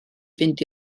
fynd